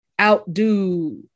outdo